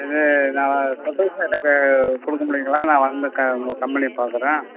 இது நான் வ அட்ரஸ்ஸு கொடுக்க முடியுங்களா நான் வந்து க உங்கள் கம்பெனியை பார்க்கறேன்